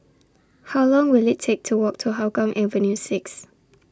How Long Will IT Take to Walk to Hougang Avenue six